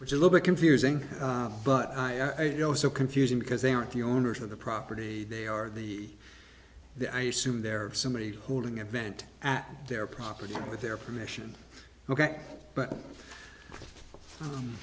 which is little bit confusing but i know so confusing because they aren't the owners of the property they are the the i assume there are so many holding event at their property with their permission ok but